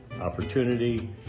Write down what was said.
Opportunity